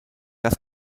das